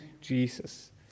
Jesus